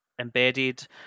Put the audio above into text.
embedded